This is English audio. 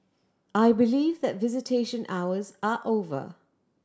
I believe that visitation hours are over